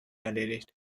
erledigt